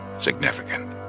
significant